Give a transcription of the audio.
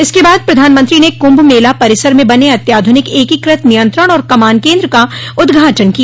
इसके बाद प्रधानमंत्री ने कुंभ मेला परिसर में बने अत्याधुनिक एकीकृत नियंत्रण और कमान केन्द्र का उद्घाटन किया